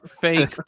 fake